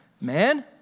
Man